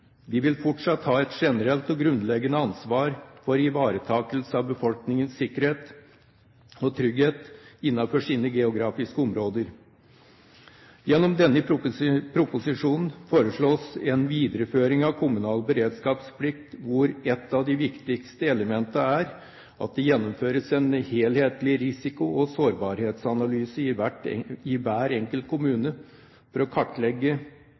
vil fortsatt ha et generelt og grunnleggende ansvar for ivaretakelse av befolkningens sikkerhet og trygghet innenfor sine geografiske områder. Gjennom denne proposisjonen foreslås en videreføring av kommunal beredskapsplikt hvor et av de viktigste elementene er at det gjennomføres en helhetlig risiko- og sårbarhetsanalyse i hver enkelt kommune for å kartlegge